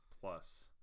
Plus